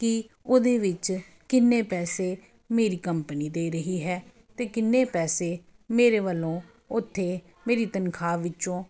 ਕਿ ਉਹਦੇ ਵਿੱਚ ਕਿੰਨੇ ਪੈਸੇ ਮੇਰੀ ਕੰਪਨੀ ਦੇ ਰਹੀ ਹੈ ਅਤੇ ਕਿੰਨੇ ਪੈਸੇ ਮੇਰੇ ਵੱਲੋਂ ਉੱਥੇ ਮੇਰੀ ਤਨਖਾਹ ਵਿੱਚੋਂ